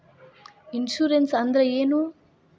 Insurance ಅಂದ್ರ ಏನು?